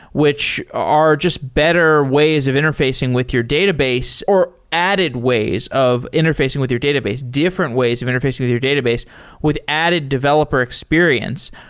which are just better ways of interfacing with your database or added ways of interfacing with your databases. different ways of interfacing with your database with added developer experience.